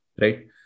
right